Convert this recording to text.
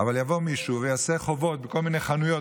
אבל יבוא מישהו ויעשה חובות בכל מיני חנויות